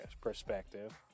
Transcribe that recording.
perspective